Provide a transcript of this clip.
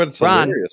Ron